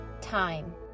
time